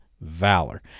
Valor